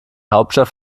hauptstadt